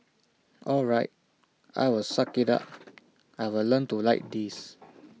all right I'll suck IT up I'll learn to like this